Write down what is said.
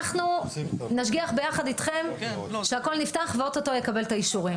אנחנו נשגיח ביחד איתכם שהכל נפתח ואוטוטו יקבל את האישורים.